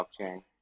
blockchain